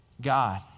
God